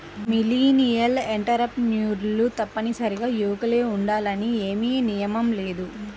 millennial ఎంటర్ప్రెన్యూర్లు తప్పనిసరిగా యువకులే ఉండాలని ఏమీ నియమం లేదు